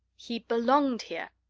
he belonged here!